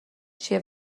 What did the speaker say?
چیه